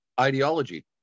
ideology